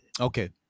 Okay